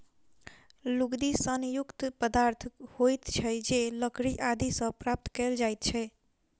लुगदी सन युक्त पदार्थ होइत छै जे लकड़ी आदि सॅ प्राप्त कयल जाइत छै